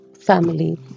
family